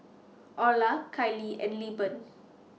Oralia Kylie and Lilburn